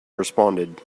responded